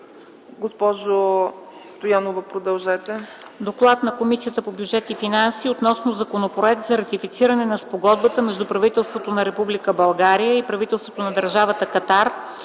Госпожо Стоянова, продължете.